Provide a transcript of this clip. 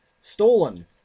Stolen